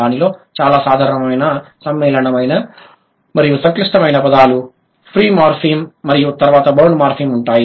దానిలో చాలా సాధారణమైన సమ్మేళనం మరియు సంక్లిష్టమైన పదాలు ఫ్రీ మార్ఫిమ్ మరియు తరువాత బౌండ్ మార్ఫిమ్ ఉంటాయి